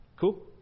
Cool